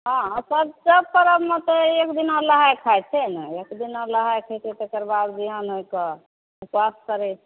हँ सब सब पर्बमे तऽ एक दिना लहाए खाए छै नऽ एक दिना लहाए खयतै तेकर बाद बिहान होए कऽ उपास करै छै